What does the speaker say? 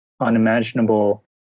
unimaginable